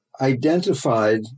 identified